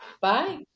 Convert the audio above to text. Bye